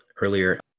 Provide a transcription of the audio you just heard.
earlier